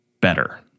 better